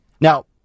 Now